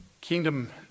Kingdom